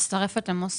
מצטרפת למוסי.